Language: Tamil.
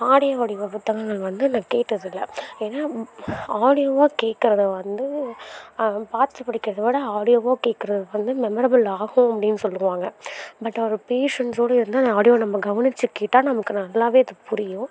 ஆடியோ வடிவ புத்தகங்கள் வந்து நான் கேட்டதில்லை ஏன்னா ஆடியோவாக கேக்குறதை வந்து பார்த்து படிக்கிறத விட ஆடியோவாக கேட்குறது வந்து மெமரபுல் ஆகும் அப்படின் சொல்லுவாங்க பட் ஒரு பேஷன்ஸோட இருந்து அந்த ஆடியோவை நம்ம கவனிச்சு கேட்டால் நமக்கு நல்லாவே அது புரியும்